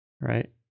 right